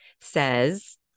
says